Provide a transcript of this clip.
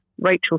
Rachel